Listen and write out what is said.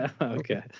Okay